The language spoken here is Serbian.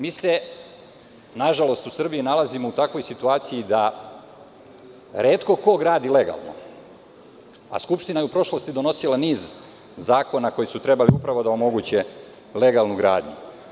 Mi se, nažalost, u Srbiji nalazimo u takvoj situaciji da retko ko gradi legalno, a Skupština je u prošlosti donosila niz zakona koji su trebali upravo da omoguće legalnu gradnju.